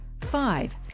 Five